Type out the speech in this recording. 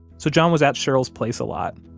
so john was at cheryl's place a lot.